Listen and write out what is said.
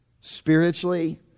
spiritually